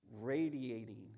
radiating